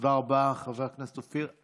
תודה רבה, חבר הכנסת אופיר.